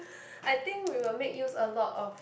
I think we will make use a lot of